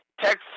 Text